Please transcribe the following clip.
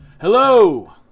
Hello